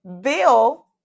Bill